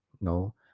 no